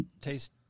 taste